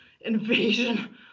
invasion